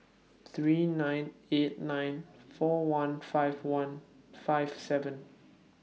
three nine eight nine four one five one five seven